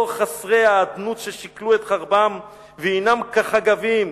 "הו, חסרי האדנות, ששיכלו את חרבם / והנם כחגבים!